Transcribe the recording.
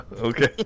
Okay